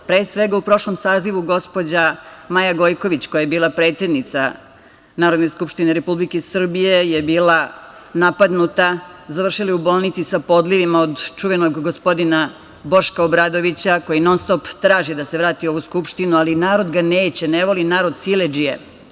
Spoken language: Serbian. Pre svega, u prošlom sazivu gospođa Maja Gojković, koja je bila predsednica Narodne skupštine Republike Srbije je bila napadnuta, završila je u bolnici sa podlivima od čuvenog gospodina Boška Obradovića, koji non-stop traži da se vrati u ovu Skupštinu, ali narod ga neće, ne voli narod siledžije.